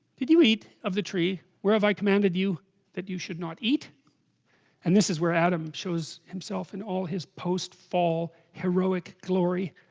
did you eat of the tree where have i commanded you that you should not eat and this is where adam shows himself in all his post-fall heroic glory?